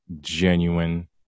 genuine